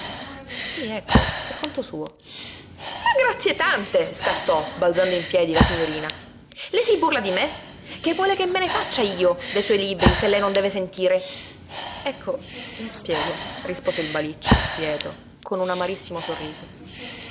sí ecco per conto suo ma grazie tante scattò balzando in piedi la signorina lei si burla di me che vuole che me ne faccia io dei suoi libri se lei non deve sentire ecco le spiego rispose il balicci quieto con un amarissimo sorriso